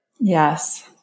Yes